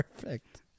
perfect